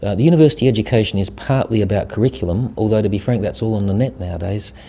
ah the university education is partly about curriculum, although to be frank that's all on the net nowadays.